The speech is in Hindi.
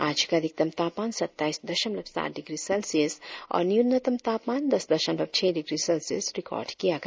आज का अधिकतम तापमान सत्ताईस दशमलव सात डिग्री सेल्सियस और न्यूनतम तापमान दस दशमलव छह डिग्री सेल्सियस रिकार्ड किया गया